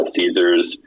Caesars